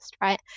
right